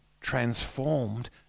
transformed